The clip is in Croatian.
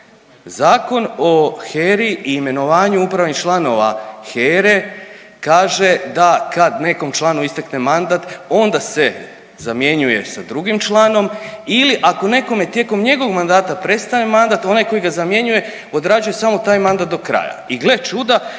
Zakon o HERA-i i imenovanju upravnih članova HERA-e kaže da kad nekom članu istekne mandat, onda se zamjenjuje sa drugim članom ili ako nekome tijekom njegovog mandata prestane mandat, onaj koji ga zamjenjuje, odrađuje samo taj mandat do kraja